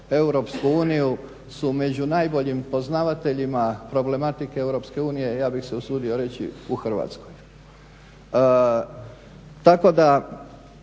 prate EU su među najboljim poznavateljima problematike EU, ja bih se usudio reći u Hrvatskoj. Tako da